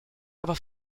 aber